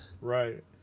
Right